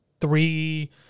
three